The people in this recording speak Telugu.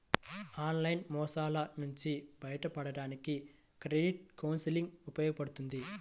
ఆన్లైన్ మోసాల నుంచి బయటపడడానికి క్రెడిట్ కౌన్సిలింగ్ ఉపయోగపడుద్ది